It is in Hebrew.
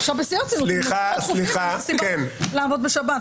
עכשיו בשיא הרצינות אין סיבה לעבוד בשבת.